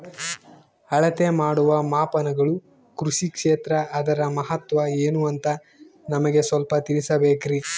ಅಳತೆ ಮಾಡುವ ಮಾಪನಗಳು ಕೃಷಿ ಕ್ಷೇತ್ರ ಅದರ ಮಹತ್ವ ಏನು ಅಂತ ನಮಗೆ ಸ್ವಲ್ಪ ತಿಳಿಸಬೇಕ್ರಿ?